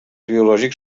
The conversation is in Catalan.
biològics